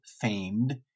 famed